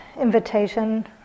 invitation